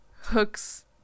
hooks